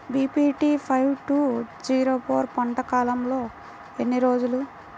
BPT five two zero four పంట కాలంలో ఎన్ని రోజులు?